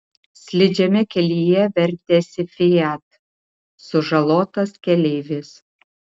slidžiame kelyje vertėsi fiat sužalotas keleivis